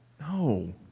No